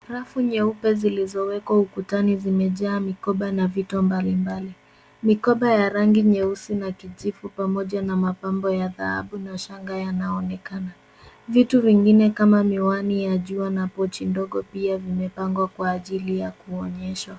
Rafu nyeupe zilizowekwa ukutani zimejaa mikopa na vitu mbalimbali. Mikopa ya rangi nyeusi na kijivu pamoja na mapambo ya dhahabu na shanga yanaonekana. Vitu vingine kama miwani ya jua na pochi ndogo pia vimepangwa kwa ajili ya kuonyesha.